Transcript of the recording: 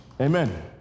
Amen